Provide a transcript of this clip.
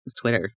Twitter